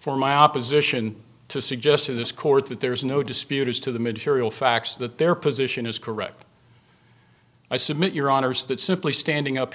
for my opposition to suggest to this court that there is no dispute as to the material facts that their position is correct i submit your honour's that simply standing up